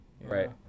Right